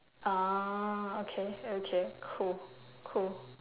orh okay okay cool cool